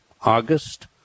August